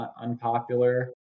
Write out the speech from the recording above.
unpopular